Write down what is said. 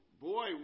boy